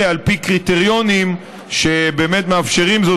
על פי קריטריונים שבאמת מאפשרים זאת,